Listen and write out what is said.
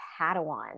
Padawan